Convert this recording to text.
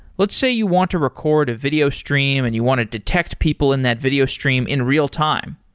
let's say you want to record a video stream and you want to detect people in that video stream in real-time.